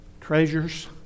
treasures